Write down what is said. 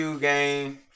game